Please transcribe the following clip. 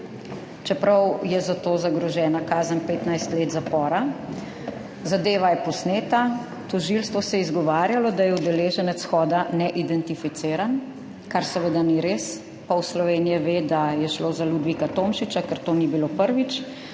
čeprav je za to zagrožena kazen 15 let zapora. Zadeva je posneta, tožilstvo se je izgovarjalo, da je udeleženec shoda neidentificiran, kar seveda ni res, pol Slovenije ve, da je šlo za Ludvika Tomšiča, ker to ni bilo prvič